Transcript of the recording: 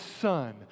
son